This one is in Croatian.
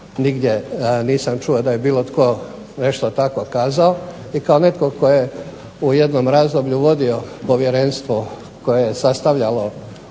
nigdje nisam čuo da je bilo tko nešto tako kazao i kao netko tko je u jednom razdoblju vodio povjerenstvo koje je sastavljalo